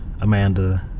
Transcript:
Amanda